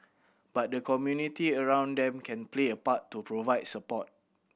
but the community around them can play a part to provide support